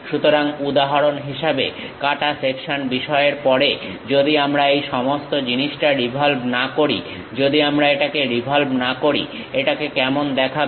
সুতরাং উদাহরণ হিসেবে কাঁটা সেকশন বিষয়ের পরে যদি আমরা এই সমস্ত জিনিসটা রিভলভ না করি যদি আমরা এটাকে রিভলভ না করি এটাকে কেমন দেখাবে